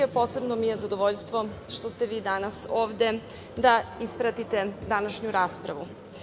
Posebno mi je zadovoljstvo što ste vi danas ovde da ispratite današnju raspravu.